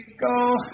Go